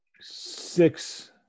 Six